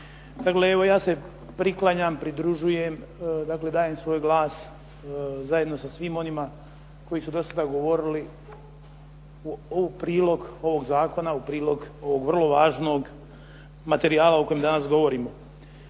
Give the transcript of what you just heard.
Dakle, evo ja se priklanjam, pridružujem, dakle svoj glas zajedno sa svima onima koji su do sada govorili u prilog ovog zakona, u prilog ovog vrlo važnog materijala o kojem danas govorimo.